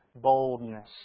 boldness